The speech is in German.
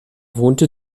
wohnte